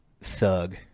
thug